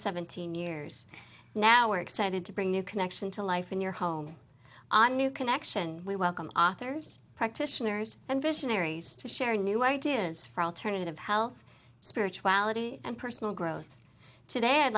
seventeen years now we're excited to bring new connection to life in your home a new connection we welcome authors practitioners and visionaries to share new ideas for alternative health spirituality and personal growth today i'd